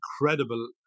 incredible